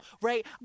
Right